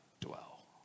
dwell